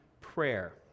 prayer